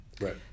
right